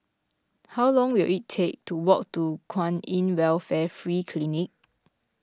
how long will it take to walk to Kwan in Welfare Free Clinic